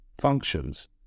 functions